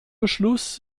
beschluss